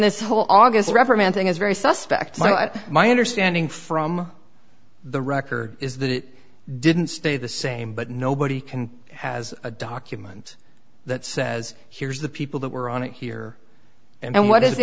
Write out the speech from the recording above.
this whole august reprimand thing is very suspect but my understanding from the record is that it didn't stay the same but nobody can has a document that says here's the people that were on it here and what is the